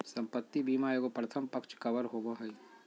संपत्ति बीमा एगो प्रथम पक्ष कवर होबो हइ